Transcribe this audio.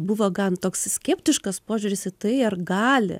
buvo gan toks skeptiškas požiūris į tai ar gali